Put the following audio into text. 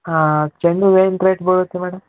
ಹಾಂ ಚೆಂಡು ಹೂವ್ ಏನ್ ರೇಟ್ ಬೀಳುತ್ತೆ ಮೇಡಮ್